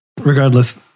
regardless